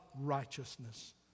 righteousness